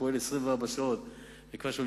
שפועל 24 שעות ביממה.